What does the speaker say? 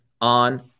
on